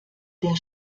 der